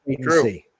True